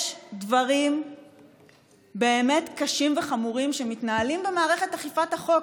יש דברים באמת קשים וחמורים שמתנהלים במערכת אכיפת החוק,